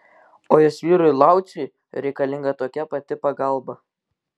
o jos vyrui lauciui reikalinga tokia pati pagalba